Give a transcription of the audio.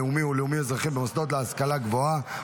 לאומי או לאומי-אזרחי במוסדות להשכלה גבוהה,